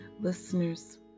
Listeners